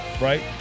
Right